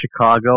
Chicago